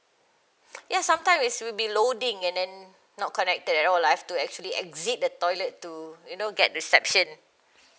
ya sometime is will be loading and then not connected at all like I have to actually exit the toilet to you know get reception